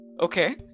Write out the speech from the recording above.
Okay